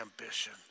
ambition